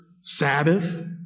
Sabbath